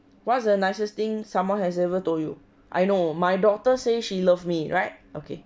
what's the nicest thing someone has ever told you I know my doctor say she love me right okay